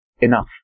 enough